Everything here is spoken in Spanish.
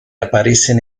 aparecen